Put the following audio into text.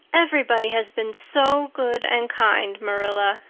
everybody has been so good and kind, marilla,